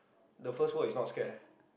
the first word is not scared eh